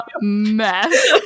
mess